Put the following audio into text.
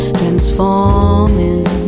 transforming